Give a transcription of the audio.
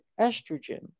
estrogen